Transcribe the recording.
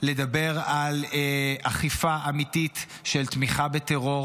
לדבר על אכיפה אמיתית של תמיכה בטרור